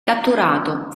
catturato